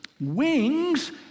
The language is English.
wings